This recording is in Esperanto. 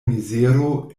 mizero